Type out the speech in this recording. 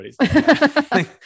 everybody's